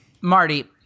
Marty